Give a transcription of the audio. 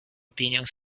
opinions